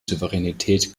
souveränität